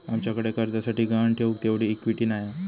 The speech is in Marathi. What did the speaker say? आमच्याकडे कर्जासाठी गहाण ठेऊक तेवढी इक्विटी नाय हा